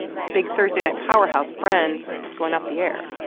its big thursday-night powerhouse friends was going off the air.